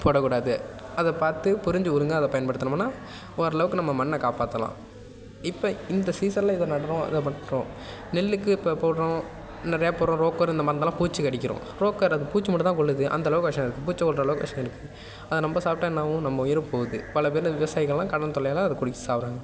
போடக்கூடாது அதை பார்த்து புரிஞ்சி ஒழுங்காக அதை பயன்படுத்துனோம்னால் ஓரளவுக்கு நம்ம மண்ணை காப்பாத்தலாம் இப்போ இந்த சீசன்ல இதை நடுகிறோம் நெல்லுக்கு இப்போ போடுகிறோம் இந்த ரேப் ரோக்கரு இந்தமாதிரி மருந்தெல்லாம் பூச்சிக்கு அடிக்கிறோம் ரோக்கரு அது பூச்சி மட்டுந்தான் கொல்லுது அந்தளவுக்கு விஷம் இருக்குது பூச்சி கொல்கிற அளவுக்கு விஷம் இருக்குது அதை நம்ம சாப்ட்டா என்ன ஆகும் நம்ம உயிர் போகுது பல பேர் விவசாயிகள்லாம் கடன் தொல்லையால் அதை குடித்து சாவுகிறாங்க